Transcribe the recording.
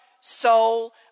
soul